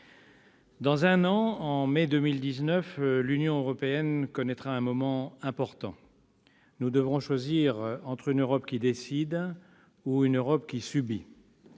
Dans un an, en mai 2019, l'Union européenne connaîtra un moment important : nous devrons choisir entre une Europe qui décide ou une Europe qui subit.